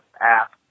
app